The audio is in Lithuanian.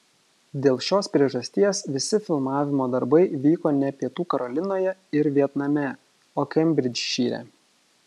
dėl šios priežasties visi filmavimo darbai vyko ne pietų karolinoje ir vietname o kembridžšyre